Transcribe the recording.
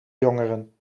jongeren